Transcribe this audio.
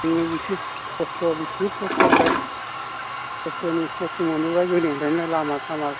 जोंङो बिसि खस्थ' बिसि खस्थ'निफ्राय खस्थ' मोनबोबाय गोदोनिफ्रायनो लामा सामा